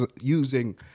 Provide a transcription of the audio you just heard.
using